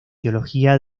teología